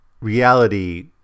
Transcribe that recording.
reality